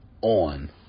on